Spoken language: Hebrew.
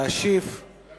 להשיב על